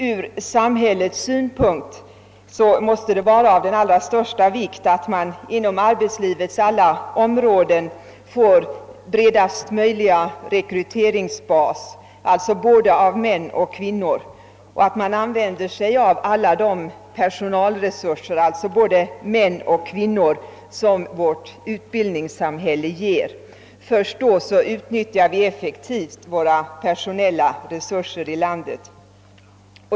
Ur samhällets synpunkt måste det vara av allra största vikt att man inom arbetslivets alla områden får bredast möjliga rekryteringsbas, alltså både män och kvinnor, och att man använder sig av alla de personalresurser — alltså män och kvinnor — som vårt utbildningssamhälle ger. Först då utnyttjar vi effektivt våra personella resurser i landet.